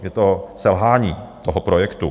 Je to selhání toho projektu.